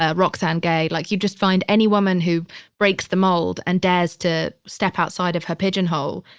ah roxane gay. like you just find any woman who breaks the mold and dares to step outside of her pigeonhole.